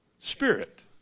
Spirit